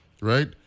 right